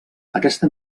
aquesta